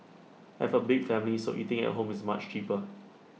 I have A big family so eating at home is much cheaper